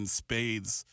spades